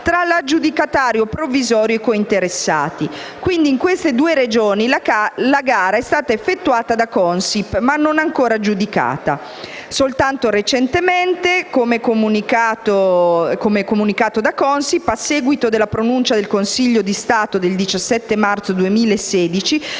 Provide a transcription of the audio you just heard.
tra l'aggiudicatario provvisorio e i controinteressati. Quindi, in queste due Regioni la gara è stata effettuata dalla Consip, ma ancora non è stata aggiudicata. Soltanto recentemente, come comunicato dalla Consip, a seguito della pronuncia del Consiglio di Stato del 17 marzo del 2016,